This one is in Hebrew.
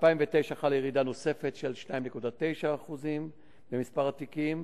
ב-2009 חלה ירידה נוספת של 2.9% במספר התיקים,